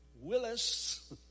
Willis